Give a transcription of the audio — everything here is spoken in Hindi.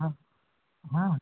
हाँ हाँ